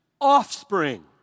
offspring